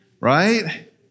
right